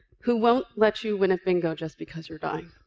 who won't let you win at bingo just because you're dying